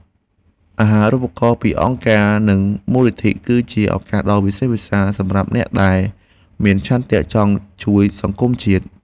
អាហារូបករណ៍ពីអង្គការនិងមូលនិធិ គឺជាឱកាសដ៏វិសេសវិសាលសម្រាប់អ្នកដែលមានឆន្ទៈចង់ជួយសង្គមជាតិ។